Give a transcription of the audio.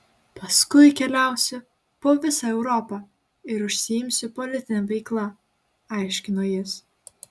paskui keliausiu po vizą europą ir užsiimsiu politine veikla aiškino jis